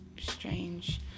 strange